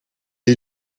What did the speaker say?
est